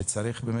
שישלם.